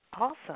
Awesome